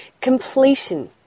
completion